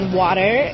water